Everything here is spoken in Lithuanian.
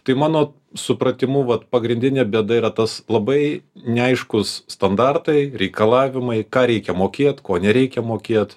tai mano supratimu vat pagrindinė bėda yra tas labai neaiškūs standartai reikalavimai ką reikia mokėt ko nereikia mokėt